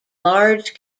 large